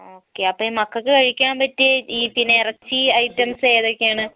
okay അപ്പം ഈ മക്കൾക്ക് കഴിക്കാൻ പറ്റിയ ഈ പിന്നെ ഇറച്ചി ഐറ്റംസ് ഏതൊക്കെയാണ്